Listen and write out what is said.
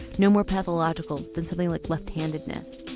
no more pathological than something like left handedness.